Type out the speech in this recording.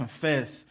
confess